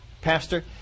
pastor